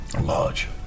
large